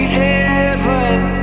heaven